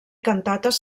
cantates